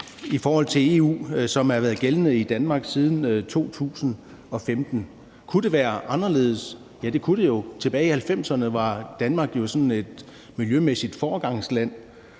i forhold til EU, som har været gældende i Danmark siden 2015. Kunne det være anderledes? Ja, det kunne det jo. Tilbage i 90'erne var Danmark et miljømæssigt foregangsland.